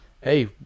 hey